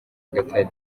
nyagatare